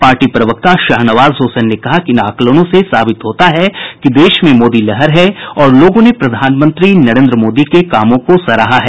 party प्रवक्ता शाहनवाज हुसैन ने कहा कि इन आकलनों से साबित होता है कि देश में मोदी लहर है और लोगों ने प्रधानमंत्री नरेंद्र मोदी के कामों को सराहा है